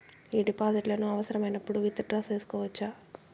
ఈ డిపాజిట్లను అవసరమైనప్పుడు విత్ డ్రా సేసుకోవచ్చా?